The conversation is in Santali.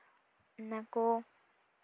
ᱚᱱᱟ ᱠᱚ